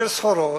של סחורות,